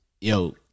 yo